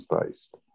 based